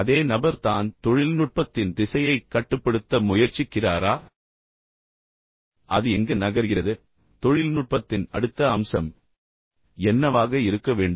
அதே நபர் தான் தொழில்நுட்பத்தின் திசையைக் கட்டுப்படுத்த முயற்சிக்கிறாரா அது எங்கு நகர்கிறது தொழில்நுட்பத்தின் அடுத்த அம்சம் என்னவாக இருக்க வேண்டும்